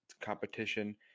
competition